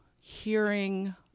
hearing